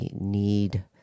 need